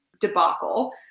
debacle